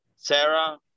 Sarah